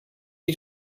you